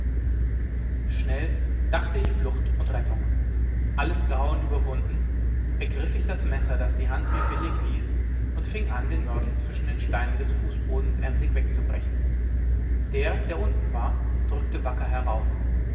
schnell dachte ich flucht und rettung alles grauen überwunden ergriff ich das messer das die hand mir willig ließ und fing an den mörtel zwischen den steinen des fußbodens emsig wegzubrechen der der unten war drückte wacker herauf